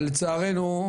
אבל לצערנו,